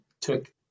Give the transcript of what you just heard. Took